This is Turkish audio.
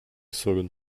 sorun